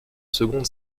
seconde